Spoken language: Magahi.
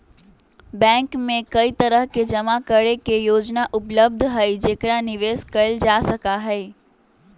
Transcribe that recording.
बैंक में कई तरह के जमा करे के योजना उपलब्ध हई जेकरा निवेश कइल जा सका हई